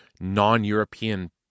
non-European